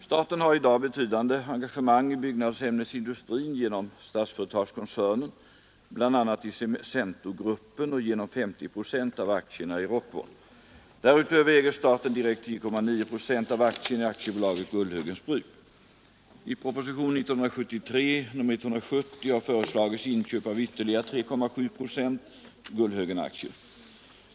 Staten har i dag betydande engagemang i byggnadsämnesindustrin genom Statsföretagskoncernen, bl.a. i Centogruppen och genom 50 leligt engagemang inom byggnadsämnesindustrin procent av aktierna i Rockwool. Därutöver äger staten direkt 10,9 procent av aktierna i AB Gullhögens bruk. I propositionen 1973:170 har föreslagits inköp av ytterligare 3,7 procent Gullhögenaktier.